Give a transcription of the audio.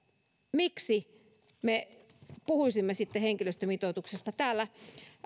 miksi me puhuisimme sitten henkilöstömitoituksesta täällä